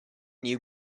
new